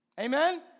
Amen